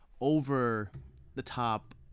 over-the-top